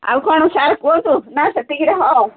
ଆଉ କ'ଣ ସାର୍ କୁହନ୍ତୁ ନା ସେତିକିରେ ହେବ